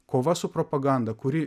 kova su propaganda kuri